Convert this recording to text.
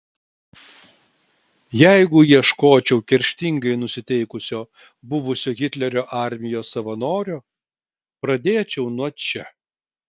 jeigu ieškočiau kerštingai nusiteikusio buvusio hitlerio armijos savanorio pradėčiau nuo čia